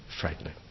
frightening